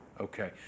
Okay